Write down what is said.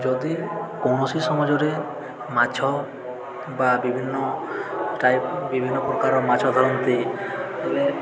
ଯଦି କୌଣସି ସମାଜରେ ମାଛ ବା ବିଭିନ୍ନ ଟାଇପ୍ ବିଭିନ୍ନ ପ୍ରକାରର ମାଛ ଧରନ୍ତି ତାହେଲେ